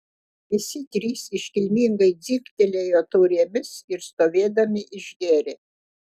visi trys iškilmingai dzingtelėjo taurėmis ir stovėdami išgėrė